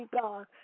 God